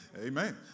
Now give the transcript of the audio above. Amen